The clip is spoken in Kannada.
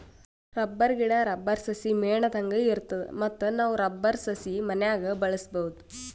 ರಬ್ಬರ್ ಗಿಡಾ, ರಬ್ಬರ್ ಸಸಿ ಮೇಣದಂಗ್ ಇರ್ತದ ಮತ್ತ್ ನಾವ್ ರಬ್ಬರ್ ಸಸಿ ಮನ್ಯಾಗ್ ಬೆಳ್ಸಬಹುದ್